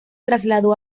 trasladó